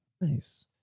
Nice